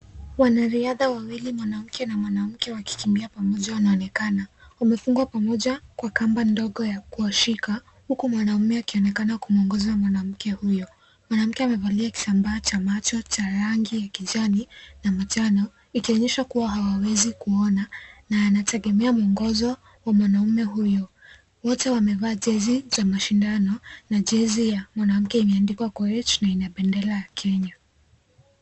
Wanariadha wawili mwanamke na mwanamke wakikimbia pamoja wanaonekana . Wamefungwa pamoja kwa kamba ndogo ya kuwashika huku mwanaume akionekana kumwongoza mwanamke huyo . Mwanamke amevalia kitambaa cha macho cha rangi ya ijani na manjano kuwa hawawezi kuona na anategemea mwongozo wamwanaume huyu. Wote wamevaa jezi za mashindano na jezi ya mwanamke imeandikwa Koech na ina bendera ya Kenya.